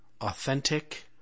authentic